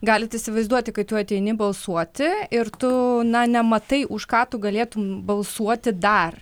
galit įsivaizduoti kai tu ateini balsuoti ir tu nematai už ką tu galėtum balsuoti dar